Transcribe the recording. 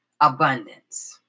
abundance